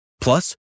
Plus